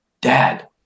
Dad